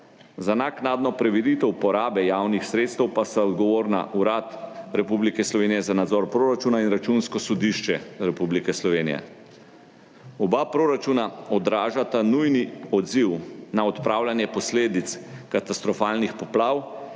Za naknadno preveritev porabe javnih sredstev pa sta odgovorna Urad Republike Slovenije za nadzor proračuna in Računsko sodišče Republike Slovenije. Oba proračuna odražata nujni odziv na odpravljanje posledic katastrofalnih poplav,